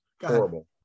Horrible